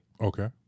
Okay